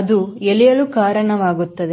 ಅದು ಎಲೆಯಲ ಕಾರಣವಾಗುತ್ತದೆ